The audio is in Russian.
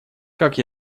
как